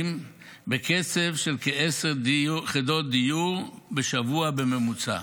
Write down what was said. בקצב של כעשר יחידות דיור בשבוע בממוצע.